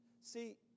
See